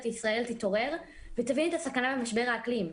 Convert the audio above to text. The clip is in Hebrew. ישראל תתעורר ותבין את הסכנה במשבר האקלים.